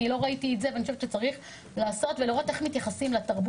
אני לא ראיתי את זה ואני חושבת שצריך לעשות ולראות איך מתייחסים לתרבות.